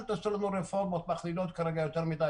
אל תעשו לנו רפורמות מכלילות כרגע יותר מדי,